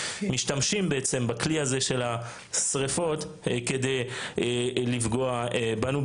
משתמשים בכלי הזה של השריפות כדי לפגוע בנו,